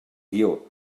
guió